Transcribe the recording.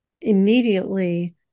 immediately